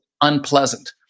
unpleasant